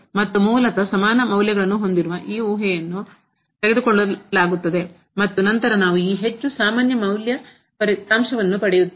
ಮತ್ತು ಮೂಲತಃ ಸಮಾನ ಮೌಲ್ಯಗಳನ್ನು ಹೊಂದಿರುವ ಈ ಊಹೆಯನ್ನು ತೆಗೆದುಹಾಕಲಾಗುತ್ತದೆ ಮತ್ತು ನಂತರ ನಾವು ಹೆಚ್ಚು ಸಾಮಾನ್ಯ ಫಲಿತಾಂಶಗಳನ್ನು ಪಡೆಯುತ್ತೇವೆ